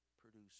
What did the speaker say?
produce